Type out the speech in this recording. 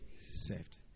saved